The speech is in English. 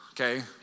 okay